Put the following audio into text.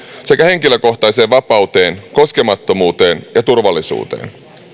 sekä henkilökohtaiseen vapauteen koskemattomuuteen ja turvallisuuteen